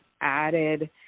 added